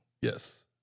Yes